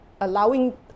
allowing